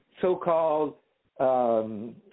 so-called